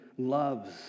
loves